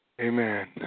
Amen